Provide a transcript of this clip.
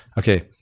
okay.